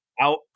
out